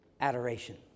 Adoration